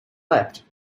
leapt